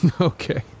Okay